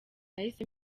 nahise